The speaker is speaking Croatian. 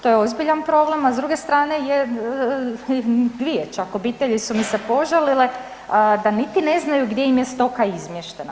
To je ozbiljan problem, a s druge strane je, dvije čak obitelji su mi se požalile da niti ne znaju gdje im je stoka izmještena.